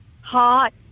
hot